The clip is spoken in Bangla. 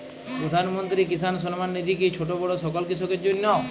প্রধানমন্ত্রী কিষান সম্মান নিধি কি ছোটো বড়ো সকল কৃষকের জন্য?